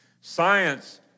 Science